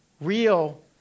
real